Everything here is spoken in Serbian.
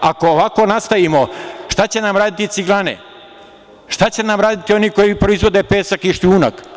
Ako ovako nastavimo, šta će nam raditi ciglane, šta će nam raditi oni koji proizvode pesak i šljunak?